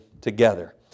together